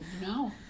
No